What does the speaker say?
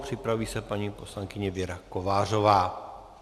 Připraví se paní poslankyně Věra Kovářová.